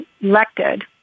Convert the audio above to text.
elected